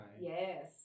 Yes